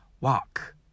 walk